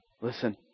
listen